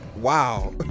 wow